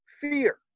fear